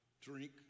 drink